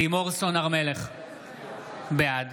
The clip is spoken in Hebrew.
בעד